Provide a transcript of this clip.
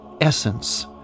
Essence